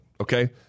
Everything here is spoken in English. okay